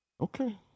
Okay